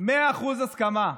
מאה אחוז הסכמה.